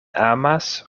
amas